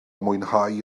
mwynhau